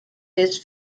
his